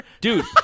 Dude